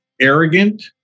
arrogant